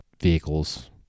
vehicles